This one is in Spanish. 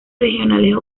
regionales